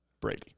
Brady